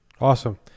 Awesome